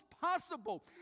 possible